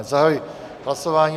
Zahajuji hlasování.